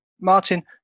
Martin